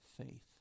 faith